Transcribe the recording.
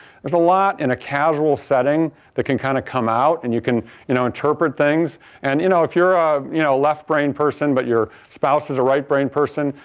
is a lot in a casual setting that can kind of come out and you can you know interpret things and you know if you're a you know left brain person, but your spouse is a right brain person,